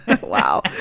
wow